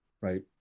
right